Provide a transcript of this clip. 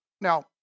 Now